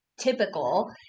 typical